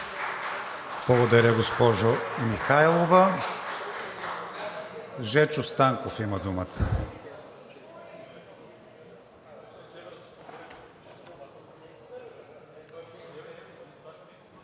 Благодаря, госпожо Михайлова. Жечо Станков има думата.